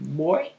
boy